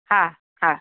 હા હા